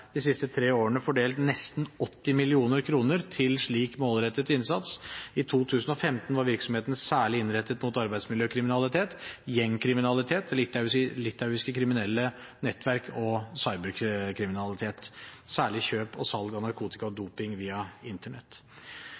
de siste tre årene fordelt nesten 80 mill. kr til slik målrettet innsats. I 2015 var virksomheten særlig innrettet mot arbeidsmiljøkriminalitet, gjengkriminalitet, litauiske kriminelle nettverk og cyberkriminalitet, særlig kjøp og salg av narkotika og dop via Internett.